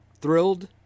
thrilled